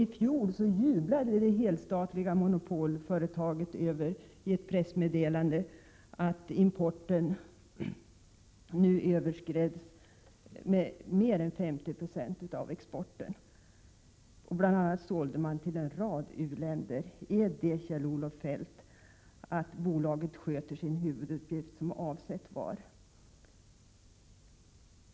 I fjol jublade det helstatliga monopolföretaget i ett pressmeddelande över att exporten översteg importen med över 50 90. Man sålde bl.a. till en rad u-länder. Innebär detta, Kjell-Olof Feldt, att bolaget tar hänsyn till sitt ansvar som exportföretag?